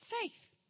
faith